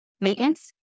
maintenance